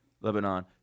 Lebanon